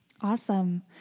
Awesome